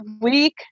week